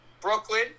Brooklyn